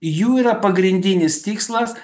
jų yra pagrindinis tikslas